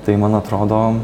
tai man atrodo